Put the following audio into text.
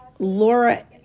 Laura